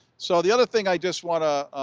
so the other thing i just want ah